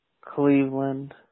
Cleveland